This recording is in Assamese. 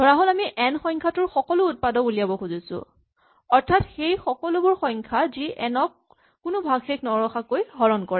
ধৰাহ'ল আমি এন সংখ্যাটোৰ সকলো উৎপাদক উলিয়াব খুজিছো অৰ্থাৎ সেই সকলোবোৰ সংখ্যা যি এন ক কোনো ভাগশেষ নৰখাকৈ হৰণ কৰে